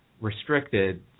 restricted